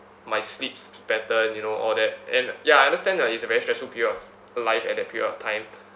my sleeps pattern you know all that and ya I understand that it's a very stressful period of life at that period of time